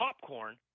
Popcorn